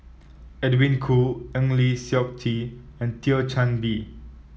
Edwin Koo Eng Lee Seok Chee and Thio Chan Bee